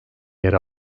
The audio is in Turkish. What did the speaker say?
yer